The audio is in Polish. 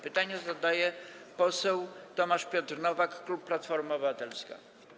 Pytanie zadaje poseł Tomasz Piotr Nowak, klub Platforma Obywatelska.